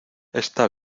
está